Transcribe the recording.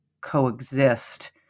coexist